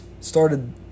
started